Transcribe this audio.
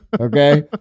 Okay